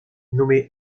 nommé